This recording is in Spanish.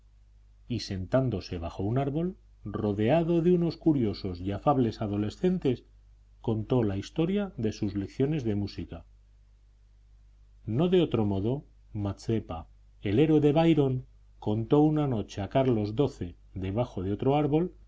y sentándose bajo un árbol rodeado de unos curiosos y afables adolescentes contó la historia de sus lecciones de música no de otro modo mazzepa el héroe de byron contó una noche a carlos xii debajo de otro árbol